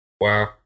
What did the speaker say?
Wow